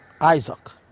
Isaac